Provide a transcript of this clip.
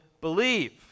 believe